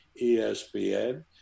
ESPN